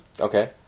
Okay